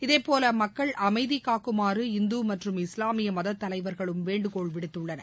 இதேபோலமக்கள் அமைதிகாக்குமாறு இந்துமற்றும் இஸ்லாமியமதத் தலைவர்களும் வேண்டுகோள் விடுத்துள்ளனர்